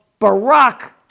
Barack